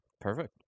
Perfect